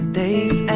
days